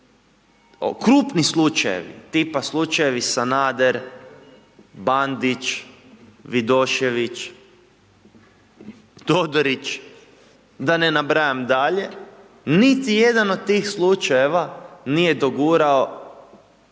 krupni slučajevi, tipa slučajevi Sanader, Bandić, Vidošević, Todorić, da ne nabrajam dalje, niti jedan od tih slučajeva nije dogurao